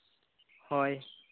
ᱦᱳᱭ